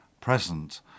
present